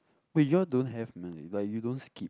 wait you all don't have like you don't skip